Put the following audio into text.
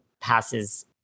passes